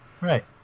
Right